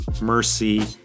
mercy